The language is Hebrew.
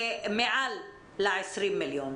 שמעל ל-20 מיליון.